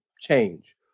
change